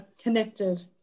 connected